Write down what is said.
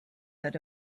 that